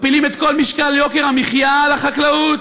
מפילים את כל משקל יוקר המחיה על החקלאות,